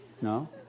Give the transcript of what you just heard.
No